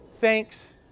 thanks